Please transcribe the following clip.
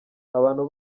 abantu